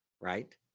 Right